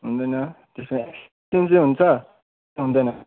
हुँदैन त्यसो भने ट्युसडे हुन्छ हुँदैन